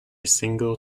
single